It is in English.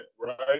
right